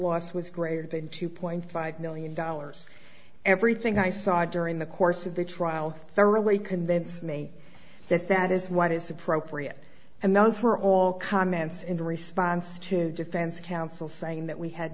was greater than two point five million dollars everything i saw during the course of the trial they're away convinced me that that is what is appropriate and those were all comments in response to defense counsel saying that we had